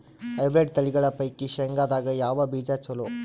Hybrid ತಳಿಗಳ ಪೈಕಿ ಶೇಂಗದಾಗ ಯಾವ ಬೀಜ ಚಲೋ?